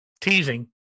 teasing